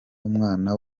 umwana